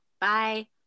Bye